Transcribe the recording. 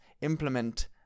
implement